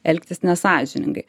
elgtis nesąžiningai